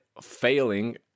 failing